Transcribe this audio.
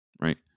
right